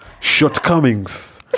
shortcomings